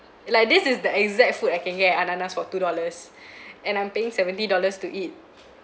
like this is the exact food I can get at ananas for two dollars and I'm paying seventy dollars to eat